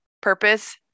purpose